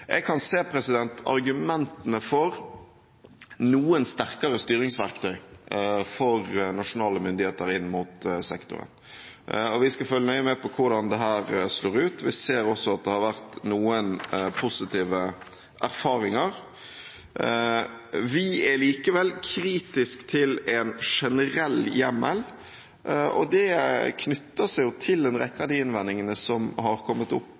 Jeg kan se argumentene for noen sterkere styringsverktøy for nasjonale myndigheter inn mot sektoren, og vi skal følge nøye med på hvordan dette slår ut. Vi ser også at det har vært noen positive erfaringer. Vi er likevel kritiske til en generell hjemmel, og det knytter seg til en rekke av de innvendingene som har kommet opp